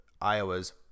Iowa's